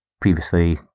Previously